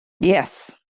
Yes